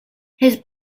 his